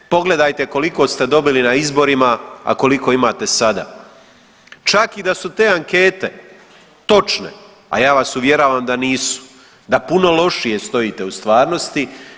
Pogledajte koliko ste dobili na izborima, a koliko imate sada, čak i da su te ankete točne, a ja vas uvjeravam da nisu, da puno lošije stojite u stvarnosti.